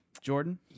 Jordan